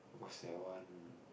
what's that one